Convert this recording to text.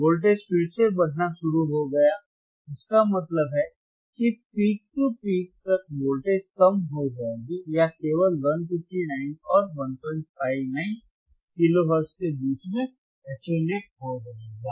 voltage फिर से बढ़ना शुरू हो गया इसका मतलब है कि पीक टू पीक तक वोल्टेज कम हो जाएगी या केवल 159 और 159 किलोहर्ट्ज़ के बीच में अत्तेनुएट हो जाएगा